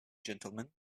gentlemen